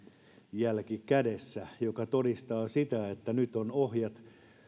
jälki kädessä mikä todistaa sitä että nyt ovat ohjat